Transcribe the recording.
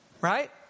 Right